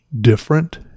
different